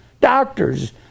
doctors